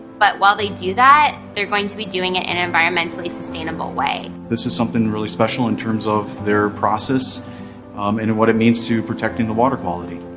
but while they do that, they're going to be doing it in an environmentally sustainable way. this is something really special in terms of their process and what it means to protecting the water quality.